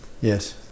yes